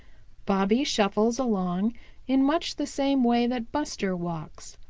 bobby shuffles along in much the same way that buster walks.